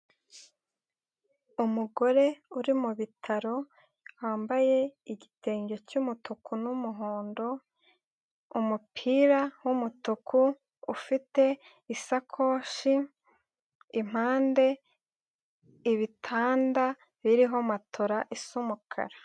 Umugore uri mu bitaro wambaye igitenge cy'umutuku n'umuhondo umupira w'umutuku ufite isakoshi impande ibitanda biriho matora bisa umukara.